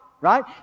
right